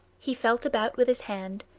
he felt about with his hand,